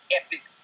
epic